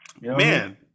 Man